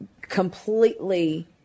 completely